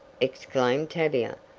exclaimed tavia.